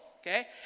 Okay